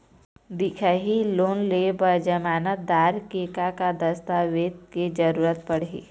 दिखाही लोन ले बर जमानतदार के का का दस्तावेज के जरूरत पड़ही?